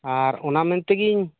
ᱟᱨ ᱚᱱᱟ ᱢᱮᱱᱛᱮᱜᱤᱧ